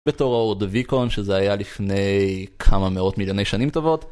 בתור ההורדוויקון שזה היה לפני כמה מאות מיליוני שנים טובות.